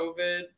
COVID